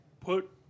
put